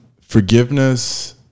forgiveness